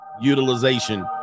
utilization